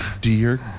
dear